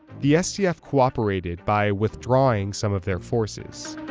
the sdf cooperated by withdrawing some of their forces.